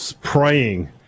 praying